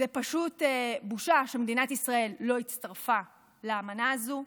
זו פשוט בושה שמדינת ישראל לא הצטרפה לאמנה הזו.